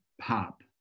pop